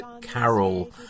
Carol